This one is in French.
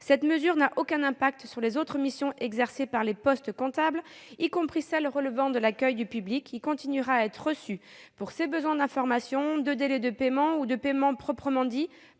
Cette mesure n'a aucun impact sur les autres missions exercées par les postes comptables, y compris celles qui relèvent de l'accueil du public, lequel continuera à être reçu pour tout besoin en termes d'information, de délais de paiement ou de paiement proprement dit